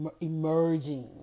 emerging